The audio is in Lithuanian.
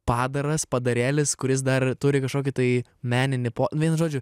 padaras padarėlis kuris dar turi kažkokį tai meninį po nu vienu žodžiu